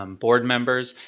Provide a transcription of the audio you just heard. um board members.